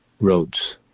roads